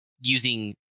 using